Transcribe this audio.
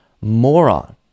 moron